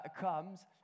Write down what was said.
comes